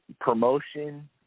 promotion